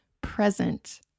present